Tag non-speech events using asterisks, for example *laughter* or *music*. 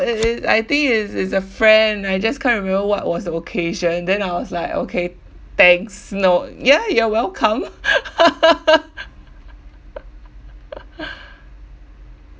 it it I think it is a friend I just can't remember what was the occasion then I was like okay thanks no ya you are welcome *laughs*